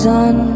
Sun